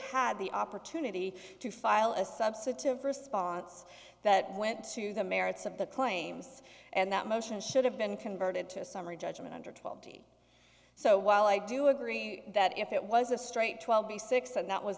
had the opportunity to file a substitute of response that went to the merits of the claims and that motion should have been converted to a summary judgment under twelve so while i do agree that if it was a straight twelve b six and that was